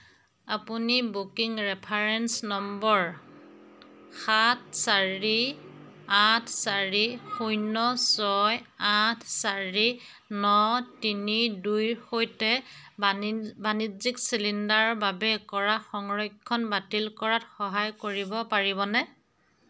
আপুনি booking reference নম্বৰ সাত চাৰি আঠ চাৰি শূন্য ছয় আঠ চাৰি ন তিনি দুইৰ সৈতে বাণিজ্যিক চিলিণ্ডাৰৰ বাবে কৰা সংৰক্ষণ বাতিল কৰাত সহায় কৰিব পাৰিবনে